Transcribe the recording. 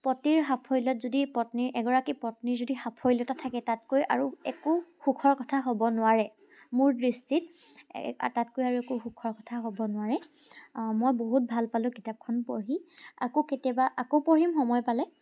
পতিৰ সাফল্যত যদি পত্নীৰ এগৰাকী পত্নীৰ যদি সাফল্যতা থাকে তাতকৈ আৰু একো সুখৰ কথা হ'ব নোৱাৰে মোৰ দৃষ্টিত তাতকৈ আৰু একো সুখৰ কথা হ'ব নোৱাৰে মই বহুত ভাল পালোঁ কিতাপখন পঢ়ি আকৌ কেতিয়াবা আকৌ পঢ়িম সময় পালে